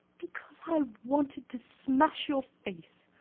because i wanted to smash your face.